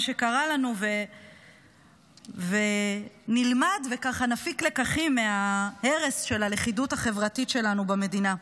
שקרה לנו ונלמד ונפיק לקחים מההרס של הלכידות החברתית שלנו במדינה.